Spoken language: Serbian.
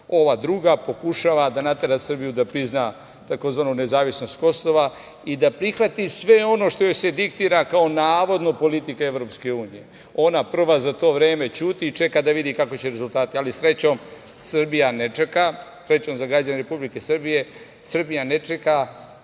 Ova druga pokušava da natera Srbiju da prizna tzv. nezavisnost Kosova i da prihvati sve ono što joj se diktira kao navodno politika EU. Ona prva za to vreme ćuti i čeka da vidi kakvi će biti rezultati, ali, srećom, Srbija ne čeka. Srećom za građane Republike Srbije, Srbija ne čeka. Mi